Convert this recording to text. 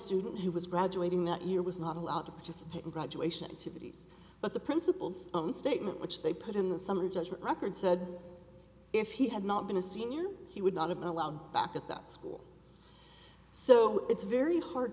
student who was graduating that year was not allowed to participate in graduation two bodies but the principal's own statement which they put in the summary judgment record said if he had not been a senior he would not have been allowed back at that school so it's very hard